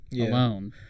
alone